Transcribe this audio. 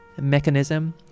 mechanism